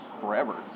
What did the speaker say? forever